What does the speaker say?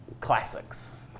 classics